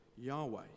Yahweh